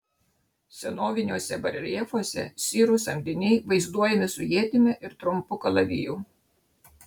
senoviniuose bareljefuose sirų samdiniai vaizduojami su ietimi ir trumpu kalaviju